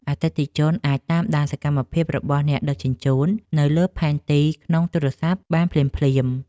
អតិថិជនអាចតាមដានសកម្មភាពរបស់អ្នកដឹកជញ្ជូននៅលើផែនទីក្នុងទូរសព្ទបានភ្លាមៗ។